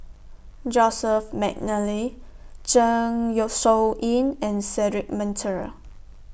Joseph Mcnally Zeng Shouyin and Cedric Monteiro